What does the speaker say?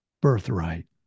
birthright